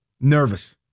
Nervous